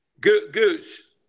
Goose